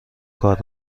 کار